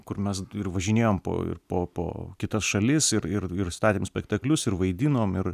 kur mes ir važinėjom po ir po po kitas šalis ir ir ir statėm spektaklius ir vaidinom ir